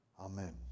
Amen